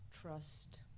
trust